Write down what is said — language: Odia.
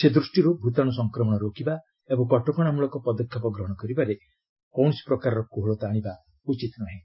ସେ ଦୃଷ୍ଟିରୁ ଭୂତାଣୁ ସଂକ୍ରମଣ ରୋକିବା ଓ କଟକଣା ମୂଳକ ପଦକ୍ଷେପ ଗ୍ରହଣ କରିବାରେ କୌଣସି କୋହଳତା ଆଣିବା ଉଚିତ୍ ନୁହେଁ